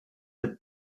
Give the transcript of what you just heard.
the